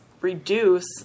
reduce